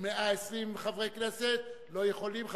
ו-120 חברי כנסת לא יכולים,